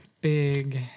big